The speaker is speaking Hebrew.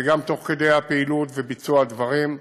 וגם תוך כדי פעילות וביצוע הדברים,